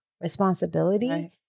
responsibility